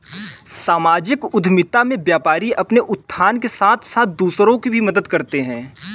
सामाजिक उद्यमिता में व्यापारी अपने उत्थान के साथ साथ दूसरों की भी मदद करते हैं